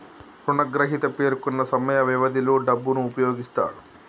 రుణగ్రహీత పేర్కొన్న సమయ వ్యవధిలో డబ్బును ఉపయోగిస్తాడు